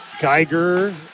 Geiger